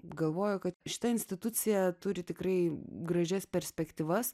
galvoju kad šita institucija turi tikrai gražias perspektyvas